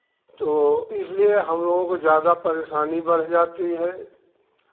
तो इसलिए हम लोगों को ज़्यादा परेशानी बढ़ जाती है